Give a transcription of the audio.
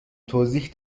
توضیح